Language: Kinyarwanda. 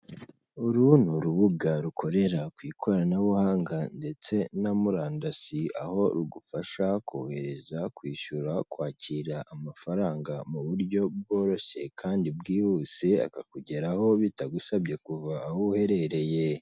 Ibicupa binini, amaji ndetse n'ibindi bicuruzwa bigezweho usanga bihenze cyane mu masoko acuruza ibiribwa mu mujyi wa Kigali abantu benshi babigana barinubira igiciro kiri hejuru.